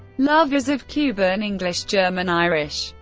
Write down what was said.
love is of cuban, english, german, irish,